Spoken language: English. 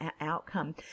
outcome